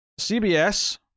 CBS